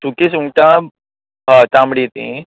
सुकी सुंगटा हय तांबडी ती